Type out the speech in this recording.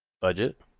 Budget